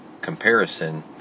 comparison